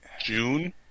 june